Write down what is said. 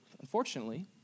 Unfortunately